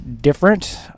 different